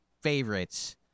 favorites